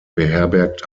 beherbergt